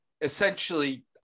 essentially